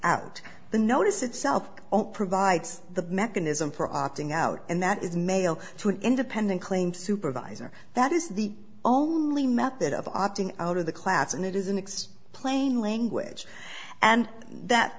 out the notice itself oh provides the mechanism for opting out and that is mail to an independent claims supervisor that is the only method of opting out of the class and it is an ex plain language and that